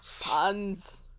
puns